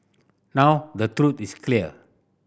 now the truth is clear